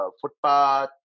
footpath